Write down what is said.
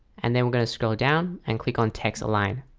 and then we're going to scroll down and click on text align.